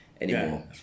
anymore